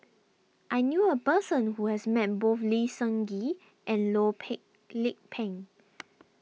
I knew a person who has met both Lee Seng Gee and Loh Peng Lik Peng